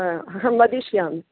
अहं वदिष्यामि